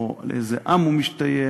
או לאיזה עם הוא משתייך,